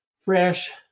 fresh